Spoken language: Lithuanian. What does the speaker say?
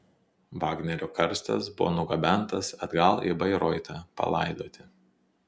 vagnerio karstas buvo nugabentas atgal į bairoitą palaidoti